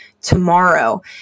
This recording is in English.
tomorrow